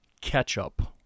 ketchup